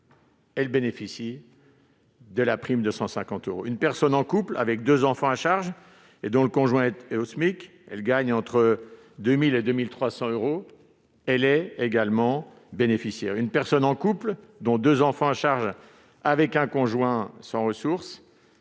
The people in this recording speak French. euros, bénéficiera de la prime de 150 euros. Une personne en couple avec deux enfants à charge, dont le conjoint est au SMIC, et gagnant entre 2 000 euros et 2 300 euros sera également bénéficiaire. Une personne en couple, avec deux enfants à charge et un conjoint sans ressources,